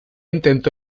intentó